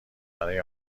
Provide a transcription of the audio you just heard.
برای